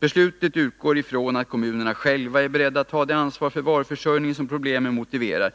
Beslutet utgår också från att kommunerna själva är beredda att ta det ansvar för varuförsörjningen som problemen motiverar.